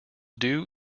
dew